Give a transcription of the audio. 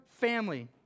family